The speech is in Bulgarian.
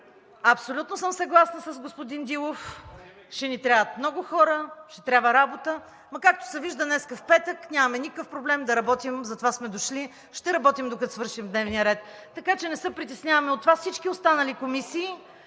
Абсолютно съм съгласна с господин Дилов – ще ни трябват много хора, ще трябва работа, макар че се вижда, днес в петък нямаме никакъв проблем да работим. Затова сме дошли. Ще работим, докато свършим дневния ред. Така че не се притесняваме от това. Всички останали комисии